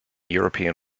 european